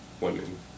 women